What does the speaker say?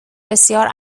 بسیار